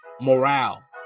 morale